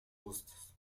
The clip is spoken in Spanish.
bustos